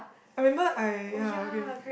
I remember I ya okay